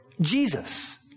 Jesus